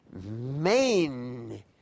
main